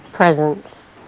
Presence